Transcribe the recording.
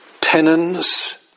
tenons